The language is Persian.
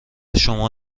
شما